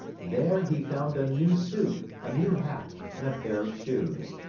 there, he found a new suit, a new hat, and a pair of shoes.